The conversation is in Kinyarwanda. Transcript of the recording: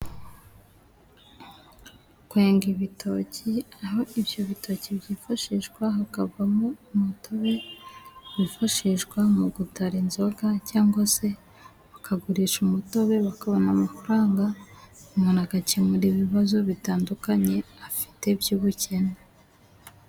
Kwenga ibitoki, aho ibyo bitoki byifashishwa hakavamo umutobe wifashishwa mu gutara inzoga cyangwa se bakagurisha umutobe, bakabona amafaranga, umuntu agakemura ibibazo bitandukanye afite by'ubukene.